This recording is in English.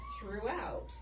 throughout